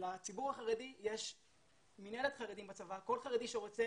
לציבור החרדי יש מינהלת חרדים בצבא, כל חרדי שרוצה